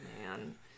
man